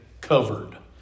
covered